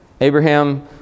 Abraham